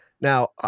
now